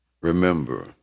Remember